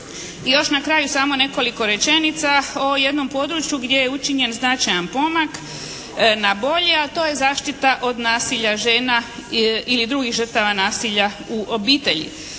I još na kraju samo nekoliko rečenica o jednom području gdje je učinjen značajan pomak na bolje, a to je zaštita od nasilja žena ili drugih žrtava nasilja u obitelji.